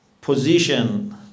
position